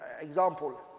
example